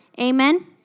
Amen